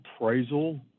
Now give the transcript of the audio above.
appraisal